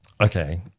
Okay